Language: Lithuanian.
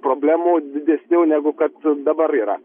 problemų didesnių negu kad dabar yra